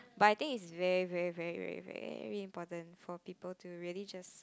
but I think it's very very very very very important for people to really just